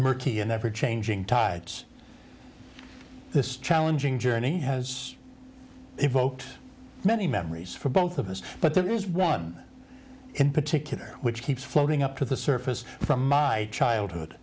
murky an ever changing tides this challenging journey has evoked many memories for both of us but there is one in particular which keeps floating up to the surface from my childhood